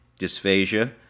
dysphagia